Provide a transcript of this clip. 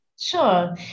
Sure